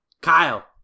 Kyle